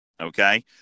Okay